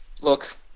look